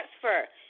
transfer